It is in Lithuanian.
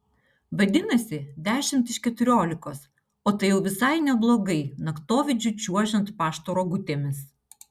vadinasi dešimt iš keturiolikos o tai jau visai neblogai naktovidžiu čiuožiant pašto rogutėmis